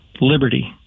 liberty